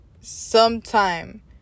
sometime